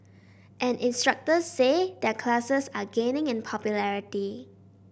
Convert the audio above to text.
and instructors say their classes are gaining in popularity